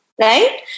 right